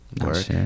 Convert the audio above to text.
work